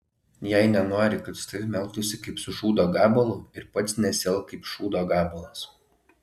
jei nenori kad su tavimi elgtųsi kaip su šūdo gabalu ir pats nesielk kaip šūdo gabalas